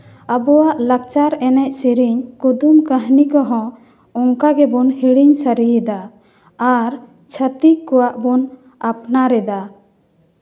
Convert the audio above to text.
ᱟᱵᱚᱣᱟᱜ ᱞᱟᱠᱪᱟᱨ ᱮᱱᱮᱡ ᱥᱮᱨᱮᱧ ᱠᱩᱫᱩᱢ ᱠᱟᱹᱦᱱᱤ ᱠᱚᱦᱚᱸ ᱚᱱᱠᱟ ᱜᱮᱵᱚᱱ ᱦᱤᱲᱤᱧ ᱥᱟᱹᱨᱤᱭᱮᱫᱟ ᱟᱨ ᱪᱷᱟᱹᱛᱤᱠ ᱠᱚᱣᱟᱜ ᱵᱚᱱ ᱟᱯᱱᱟᱨᱮᱫᱟ